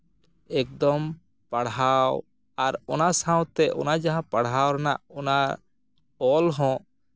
ᱮᱠᱫᱚᱢ ᱯᱟᱲᱦᱟᱣ ᱟᱨ ᱚᱱᱟ ᱥᱟᱶᱛᱮ ᱚᱱᱟ ᱡᱟᱦᱟᱸ ᱯᱟᱲᱦᱟᱣ ᱨᱮᱱᱟᱜ ᱚᱱᱟ ᱚᱞᱦᱚᱸ